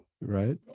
Right